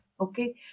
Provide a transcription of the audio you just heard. Okay